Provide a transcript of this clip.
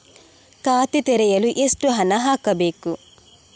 ಖಾತೆ ತೆರೆಯಲು ಎಷ್ಟು ಹಣ ಹಾಕಬೇಕು?